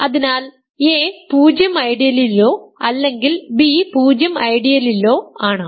അതിനാൽ a 0 ഐഡിയലിലോ അല്ലെങ്കിൽ b 0 ഐഡിയലിലോ ആണ്